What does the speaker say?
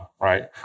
right